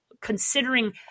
considering